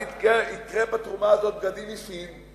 אני אקנה בתרומה הזאת בגדים מסין,